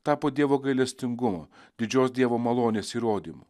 tapo dievo gailestingumo didžios dievo malonės įrodymu